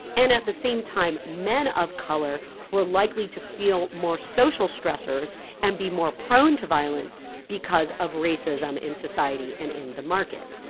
and at the same time, men of color were likely to feel more social stressors and be more prone to violence because of racism in society and in the market.